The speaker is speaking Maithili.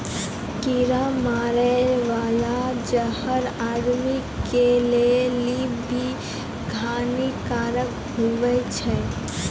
कीड़ा मारै बाला जहर आदमी के लेली भी हानि कारक हुवै छै